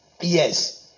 yes